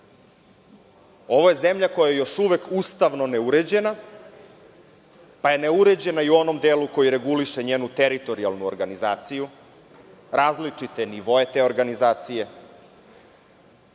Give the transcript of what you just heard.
ovo je zemlja koja je još uvek ustavno neuređena, pa je neuređena i u onom delu koji reguliše njenu teritorijalnu organizaciju, različite nivoe te organizacije,